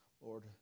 Lord